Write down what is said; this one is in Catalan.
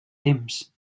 temps